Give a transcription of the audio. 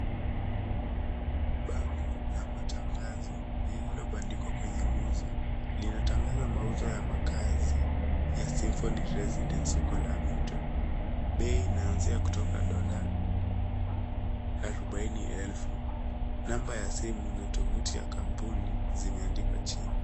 Bango la matangazo lililobandikwa kwenye nguzo linatangazo ya mauzo ya makazi ya Symphony residents huko lavington. Bei inaanzia kutoka dola arobaini elfu namba ya simu na tuvuti ya kamuni imeandikwa chini.